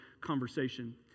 conversation